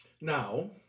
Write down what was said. Now